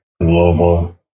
Global